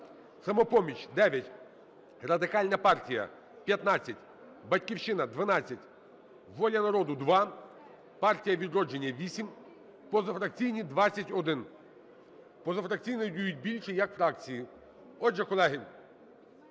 "Самопоміч" – 9, Радикальна партія – 15, "Батьківщина" – 12, "Воля народу" – 2, "Партія "Відродження" – 8, позафракційні – 21. Позафракційні дають більше, як фракції. Отже, колеги,